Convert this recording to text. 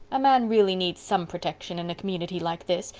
a man really needs some protection in a community like this,